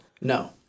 No